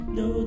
no